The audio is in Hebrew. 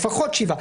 לפחות שבעה,